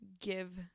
give